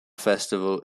festival